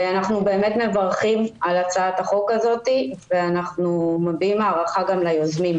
אנחנו מברכים על הצעת החוק הזו ומביעים הערכה ליוזמים.